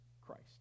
Christ